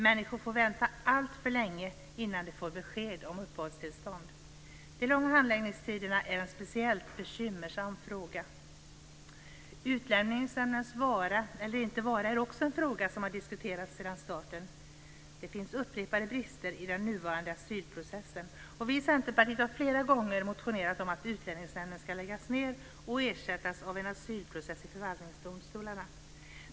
Människor får vänta alltför länge innan de får besked om uppehållstillstånd. De långa handläggningstiderna är en speciellt bekymmersam fråga. Utlänningsnämndens vara eller inte vara är också en fråga som har diskuterats sedan starten. Det finns uppenbara brister i den nuvarande asylprocessen. Vi i Centerpartiet har flera gånger motionerat om att Utlänningsnämnden ska lägga ned och ersättas av en asylprocess i förvaltningsdomstolarna.